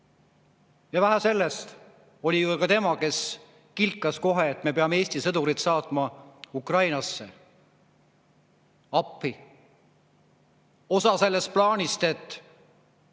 Vähe sellest, oli tema ju ka see, kes kilkas kohe, et me peame Eesti sõdurid saatma Ukrainasse appi. Osa sellest plaanist on,